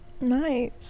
Nice